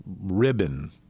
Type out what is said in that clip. ribbon